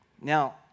Now